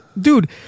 dude